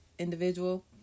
individual